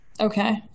Okay